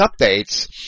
updates